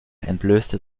entblößte